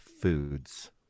foods